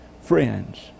friends